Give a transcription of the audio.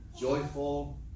joyful